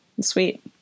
Sweet